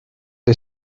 the